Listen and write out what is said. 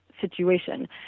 situation